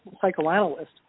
psychoanalyst